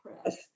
press